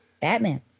Batman